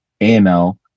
AML